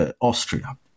Austria